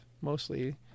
Mostly